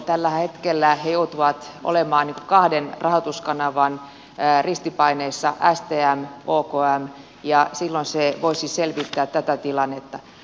tällä hetkellä he joutuvat olemaan kahden rahoituskanavan ristipaineessa stmn ja okmn ja se voisi selvittää tätä tilannetta